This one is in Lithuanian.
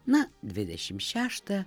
na dvidešim šeštą